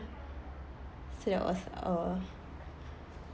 so that was uh